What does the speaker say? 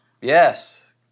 Yes